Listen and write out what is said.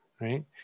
right